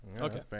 Okay